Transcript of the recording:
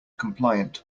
compliant